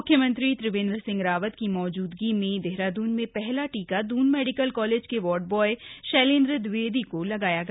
मुख्यमंत्री त्रिवेंद्र सिंह रावत की मौजूदगी में देहरादून में हला टीका दून मेडिकल कालेज के वॉर्ड ब्वॉय शैलेंद्र दविवेदी को लगाया गया